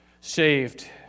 saved